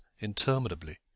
interminably